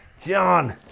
John